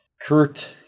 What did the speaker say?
Kurt